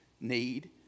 need